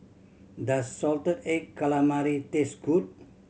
does salted egg calamari taste good